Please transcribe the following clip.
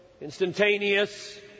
Instantaneous